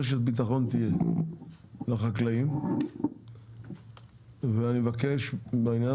רשת ביטחון תהיה לחקלאים ואני מבקש בעניין